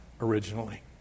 originally